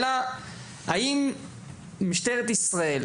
האם משטרת ישראל,